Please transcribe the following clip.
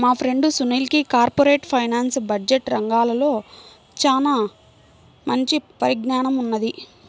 మా ఫ్రెండు సునీల్కి corporate finance, budget రంగాల్లో చానా మంచి పరిజ్ఞానం ఉన్నది